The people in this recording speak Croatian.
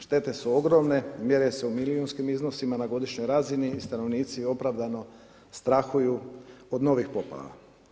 Štete su ogromne, mjere se u milijunskim iznosima na godišnjoj razini i stanovnici opravdano strahuju od novih poplava.